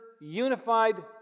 unified